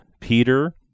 Peter